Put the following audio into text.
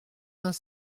vingt